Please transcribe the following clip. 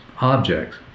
objects